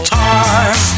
time